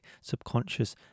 subconscious